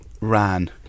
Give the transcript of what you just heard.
Ran